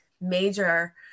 major